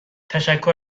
تشکر